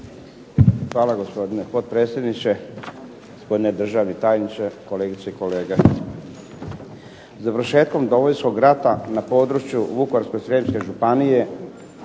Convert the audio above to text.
Hvala, gospodine potpredsjedniče. Gospodine državni tajniče, kolegice i kolege. Završetkom Domovinskog rata na području Vukovarsko-srijemske županije,